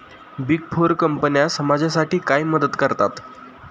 Big four कंपन्या समाजासाठी काय मदत करतात?